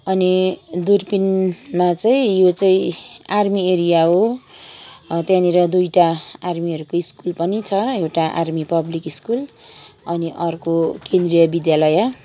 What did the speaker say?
अनि दुर्पिनमा चाहिँ यो चाहिँ आर्मी एरिया हो त्यहाँनिर दुइटा आर्मीहरूको स्कुल पनि छ एउटा आर्मी पब्लिक स्कुल अनि अर्को केन्द्रीय विद्यालय